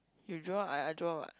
you draw I I draw what